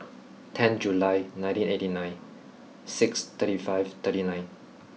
tenth July nineteen eighteen nine six thirty five thirty nine